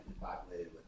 populated